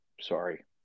Sorry